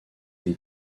des